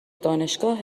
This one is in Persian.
دانشگاه